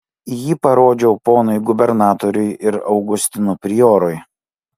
jį parodžiau ponui gubernatoriui ir augustinų priorui